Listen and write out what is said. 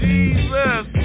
Jesus